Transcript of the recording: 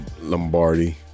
Lombardi